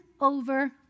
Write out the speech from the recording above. over